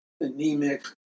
anemic